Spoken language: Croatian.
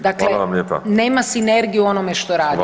Dakle, nema sinergije [[Upadica: Hvala vam lijepa.]] u onome što radimo.